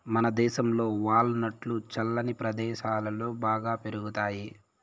మనదేశంలో వాల్ నట్లు చల్లని ప్రదేశాలలో బాగా పెరుగుతాయి